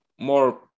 more